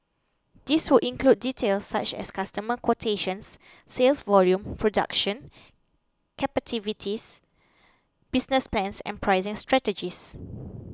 this would include details such as customer quotations sales volumes production business plans and pricing strategies